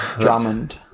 Drummond